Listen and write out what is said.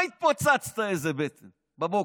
מה התפוצצת בבוקר?